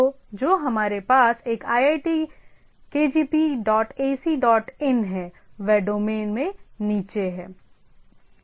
तो जो हमारे पास एक iitlkgp dot AC dot in है वह डोमेन में नीचे है